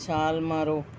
ਛਾਲ ਮਾਰੋ